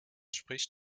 spricht